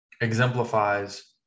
exemplifies